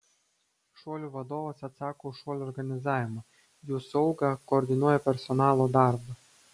šuolių vadovas atsako už šuolių organizavimą jų saugą koordinuoja personalo darbą